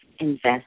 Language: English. invest